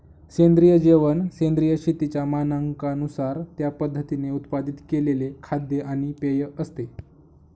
सेंद्रिय जेवण सेंद्रिय शेतीच्या मानकांनुसार त्या पद्धतीने उत्पादित केलेले खाद्य आणि पेय असते